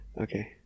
Okay